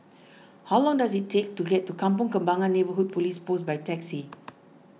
how long does it take to get to Kampong Kembangan Neighbourhood Police Post by taxi